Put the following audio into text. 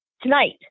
tonight